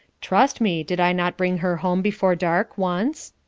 trust me did i not bring her home before dark once?